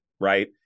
right